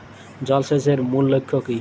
জল সেচের মূল লক্ষ্য কী?